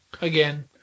again